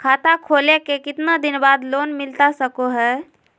खाता खोले के कितना दिन बाद लोन मिलता सको है?